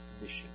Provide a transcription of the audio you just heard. mission